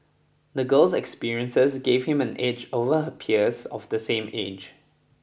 the girl's experiences gave him an edge over her peers of the same age